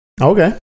Okay